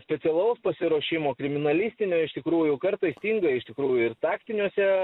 specialaus pasiruošimo kriminalistinio iš tikrųjų kartais stinga iš tikrųjų ir taktiniuose